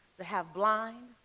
to have blind,